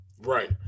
right